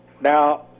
Now